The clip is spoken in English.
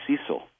Cecil